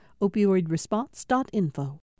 Opioidresponse.info